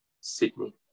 Sydney